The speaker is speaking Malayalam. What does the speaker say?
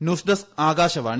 news desk Akashvani